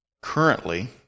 Currently